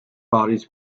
bodies